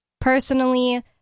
personally